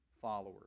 Followers